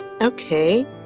okay